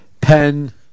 Pen